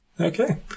Okay